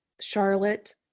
Charlotte